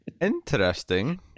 Interesting